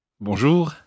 Bonjour